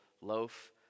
loaf